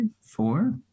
Four